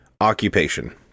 occupation